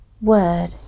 word